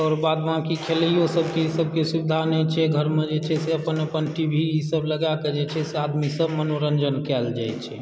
आओर बाद बाकी खेलयओ सभके इसभके सुविधा नहि छै घरमे जे छै से अपन अपन टी वी सभ लगाके जे छै से आदमीसभ मनोरञ्जन कयल जाइत छै